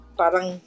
parang